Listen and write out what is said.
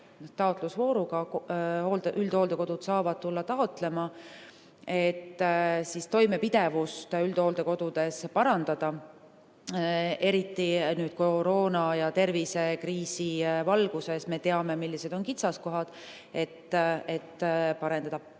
taotlusvooruga, üldhooldekodud saavad tulla taotlema, et toimepidevust üldhooldekodudes parandada. Eriti nüüd, koroona‑ ja tervisekriisi valguses me teame, millised on kitsaskohad. Meil